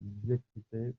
diacrité